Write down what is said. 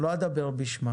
אני לא אדבר בשמה